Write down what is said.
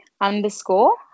underscore